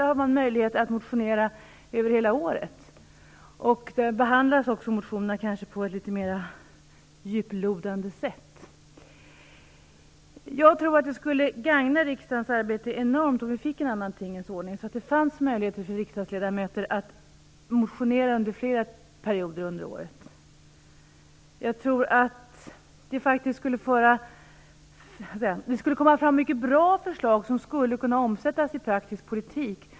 Där har man möjlighet att motionera över hela året, och där behandlas också motionerna på ett litet mer djuplodande sätt. Jag tror att det skulle gagna riksdagens arbete enormt om vi fick en annan tingens ordning, så att det fanns möjligheter för riksdagsledamöter att motionera under flera perioder under året. Jag tror att det faktiskt skulle komma fram många bra förslag som skulle kunna omsättas i praktisk politik.